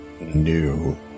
new